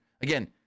Again